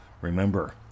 Remember